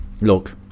look